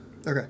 Okay